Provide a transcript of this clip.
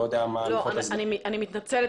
אני מתנצלת,